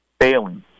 failing